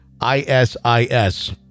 ISIS